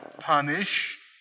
punish